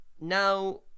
Now